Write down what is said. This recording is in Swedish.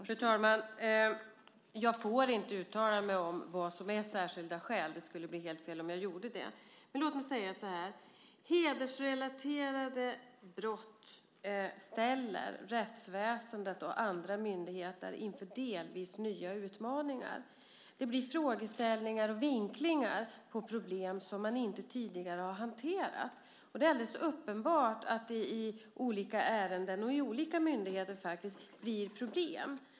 Fru talman! Jag får inte uttala mig om vad som är särskilda skäl. Det skulle bli helt fel om jag gjorde det. Men låt mig säga så här: Hedersrelaterade brott ställer rättsväsendet och andra myndigheter inför delvis nya utmaningar. Det blir frågeställningar och vinklingar på problem som man inte tidigare har hanterat. Det är alldeles uppenbart att det i olika ärenden och i olika myndigheter blir problem.